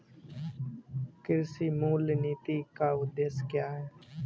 कृषि मूल्य नीति के उद्देश्य क्या है?